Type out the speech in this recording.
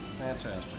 Fantastic